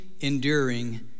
enduring